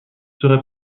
serait